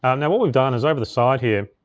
and now what we've done, is over the side here,